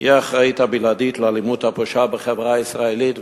היא האחראית הבלעדית לאלימות הפושה בחברה הישראלית,